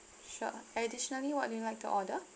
sure additionally what do you like to order